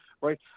right